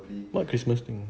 what christmas thing